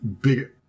big